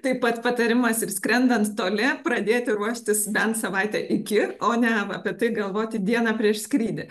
taip pat patarimas ir skrendant toli pradėti ruoštis bent savaitę iki o ne apie tai galvoti dieną prieš skrydį